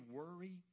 worry